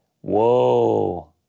Whoa